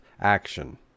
action